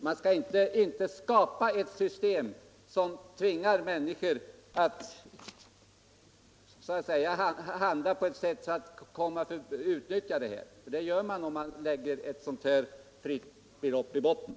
Man skall inte skapa ett system som tvingar människor att nyttja speciella utvägar, men det gör man om man lägger ett avgiftsfritt belopp i botten.